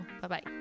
Bye-bye